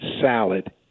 salad